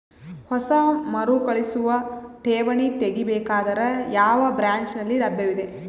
ಹೊಸ ಮರುಕಳಿಸುವ ಠೇವಣಿ ತೇಗಿ ಬೇಕಾದರ ಯಾವ ಬ್ರಾಂಚ್ ನಲ್ಲಿ ಲಭ್ಯವಿದೆ?